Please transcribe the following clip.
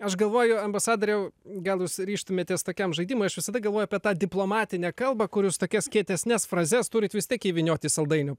aš galvoju ambasadoriau gal jūs ryžtumėtės tokiam žaidimui aš visada galvoju apie tą diplomatinę kalbą kur jūs tokias kietesnes frazes turit vis tiek įvyniot į saldainių